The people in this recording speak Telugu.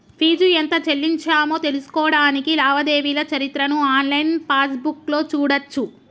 ఫీజు ఎంత చెల్లించామో తెలుసుకోడానికి లావాదేవీల చరిత్రను ఆన్లైన్ పాస్బుక్లో చూడచ్చు